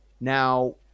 Now